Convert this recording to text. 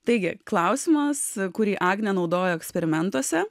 taigi klausimas kurį agnė naudojo eksperimentuose